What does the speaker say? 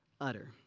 utter